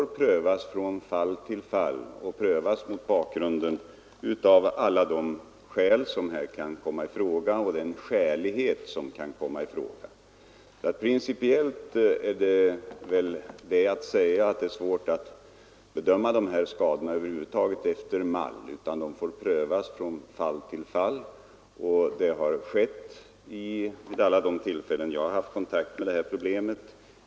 De får prövas från fall till fall mot bakgrunden av alla de skäl som kan åberopas och den skälighet som kan komma i fråga. Detta har skett vid alla de tillfällen då jag har haft kontakt med sådana problem.